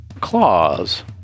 claws